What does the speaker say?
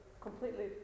completely